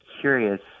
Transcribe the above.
curious